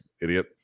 idiot